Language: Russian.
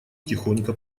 тихонько